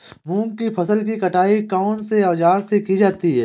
मूंग की फसल की कटाई कौनसे औज़ार से की जाती है?